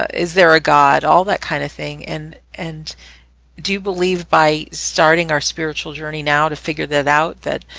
is there a god all that kind of thing and and do you believe by starting our spiritual journey now to figure that out that